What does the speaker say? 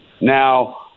Now